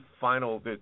final